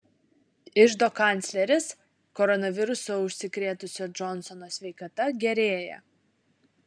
iždo kancleris koronavirusu užsikrėtusio džonsono sveikata gerėja